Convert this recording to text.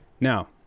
Now